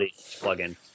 plugin